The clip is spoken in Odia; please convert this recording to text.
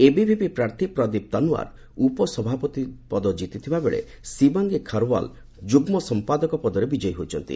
ଏବିଭିପି ପ୍ରାର୍ଥୀ ପ୍ରଦୀପ ତନୱାର୍ ଉପସଭାପତି ପଦ ଜିତିଥିବା ବେଳେ ସିବାଙ୍ଗୀ ଖରୱାଲ୍ ଯ୍ରଗୁ ସମ୍ପାଦକ ପଦରେ ବିଜୟୀ ହୋଇଛନ୍ତି